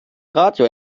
radio